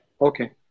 Okay